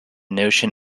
notion